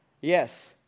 Yes